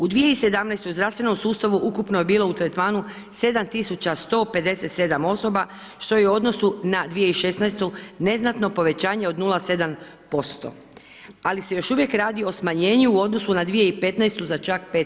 U 2017. u zdravstvenom sustavu ukupno je bilo u tretmanu 7.157 osoba što je u odnosu na 2016. neznatno povećanje od 0,7%, ali se još uvijek radi o smanjenju u odnosu na 2015. za čak 5%